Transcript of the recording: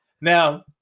Now